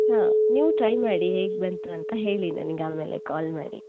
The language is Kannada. ಹಾಂ ನೀವೂ ಟ್ರೈ ಮಾಡಿ ಹೇಗೆ ಬಂತು ಅಂತ ಹೇಳಿ ನನಗೆ ಆಮೇಲೆ ಕಾಲ್ ಮಾಡಿ